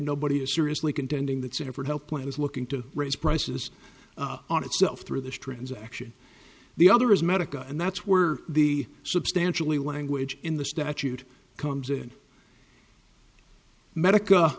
nobody is seriously contending that sanford health plan is looking to raise prices on itself through this transaction the other is medica and that's where the substantially language in the statute comes in medica